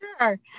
sure